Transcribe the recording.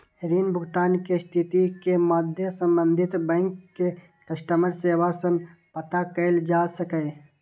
ऋण भुगतान के स्थिति के मादे संबंधित बैंक के कस्टमर सेवा सं पता कैल जा सकैए